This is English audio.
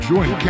Join